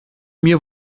mir